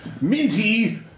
Minty